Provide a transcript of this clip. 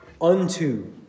unto